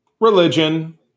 Religion